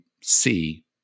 see